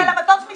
אבל המטוס מזדקן.